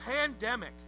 pandemic